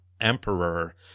emperor